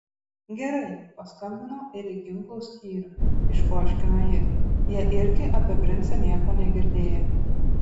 gerai jau paskambinau ir į ginklų skyrių išpoškino ji jie irgi apie princą nieko negirdėję